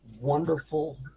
wonderful